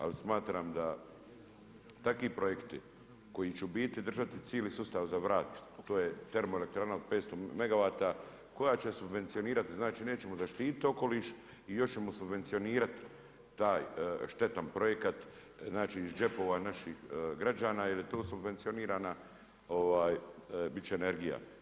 Ali smatram da taki projekti koji će u biti držati cili sustav za … To je termoelektrana od 500 megavata koja će subvencionirati, znači nećemo zaštititi okoliš i još ćemo subvencionirati taj štetan projekat, znači iz džepova naših građana jer je to subvencionirana bit će energija.